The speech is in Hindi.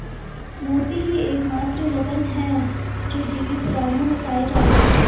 मोती ही एकमात्र रत्न है जो जीवित प्राणियों में पाए जाते है